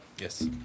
Yes